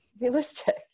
realistic